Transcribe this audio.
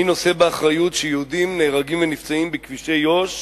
מי נושא באחריות שיהודים נהרגים ונפצעים בכבישי יו"ש